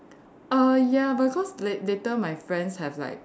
err ya but cause lat~ later my friends have like